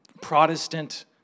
Protestant